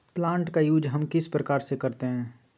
Plant का use हम किस प्रकार से करते हैं?